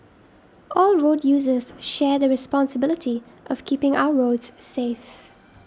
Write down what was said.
all road users share the responsibility of keeping our roads safe